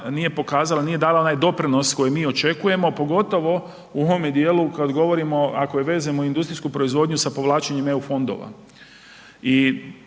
nije pokazala, nije dala onaj doprinos koji mi očekujemo pogotovo u ovome dijelu kad govorimo, ako i vezujemo industrijsku proizvodnju sa povlačenjem EU fondova.